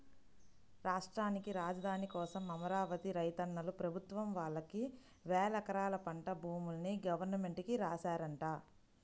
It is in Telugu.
రాష్ట్రానికి రాజధాని కోసం అమరావతి రైతన్నలు ప్రభుత్వం వాళ్ళకి వేలెకరాల పంట భూముల్ని గవర్నమెంట్ కి రాశారంట